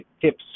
tips